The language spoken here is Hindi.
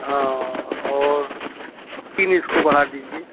हाँ और तीन इसको बढ़ा दीजिए